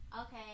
Okay